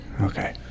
Okay